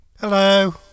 Hello